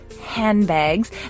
handbags